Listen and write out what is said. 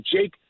Jake